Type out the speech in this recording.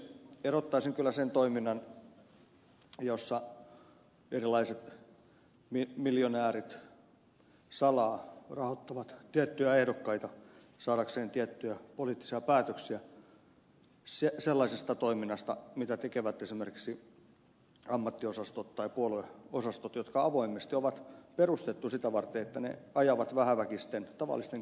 erottaisin kyllä sen toiminnan jossa erilaiset miljonäärit salaa rahoittavat tiettyjä ehdokkaita saadakseen tiettyjä poliittisia päätöksiä sellaisesta toiminnasta mitä tekevät esimerkiksi ammattiosastot tai puolueosastot jotka avoimesti on perustettu sitä varten että ne ajavat vähäväkisten tavallisten kansalaisten asiaa